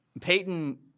Peyton